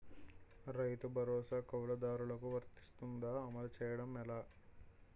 రైతు భరోసా కవులుదారులకు వర్తిస్తుందా? అమలు చేయడం ఎలా